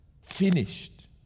finished